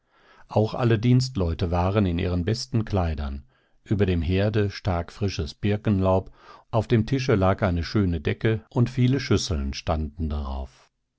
auch alle dienstleute waren in ihren besten kleidern über dem herde stak frisches birkenlaub auf dem tische lag eine schöne decke und viele schüsseln standen darauf